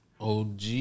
OG